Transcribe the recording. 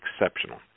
exceptional